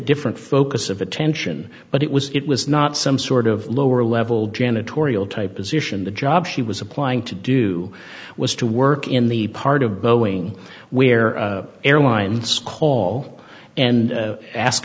different focus of attention but it was it was not some sort of lower level janitorial type position the job she was applying to do was to work in the part of boeing where airlines call and ask